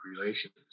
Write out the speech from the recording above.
relations